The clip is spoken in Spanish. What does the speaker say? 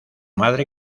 madre